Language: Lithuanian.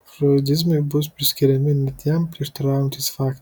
froidizmui bus priskiriami net jam prieštaraujantys faktai